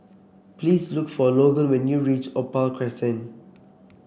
please look for Logan when you reach Opal Crescent